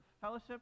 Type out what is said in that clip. fellowship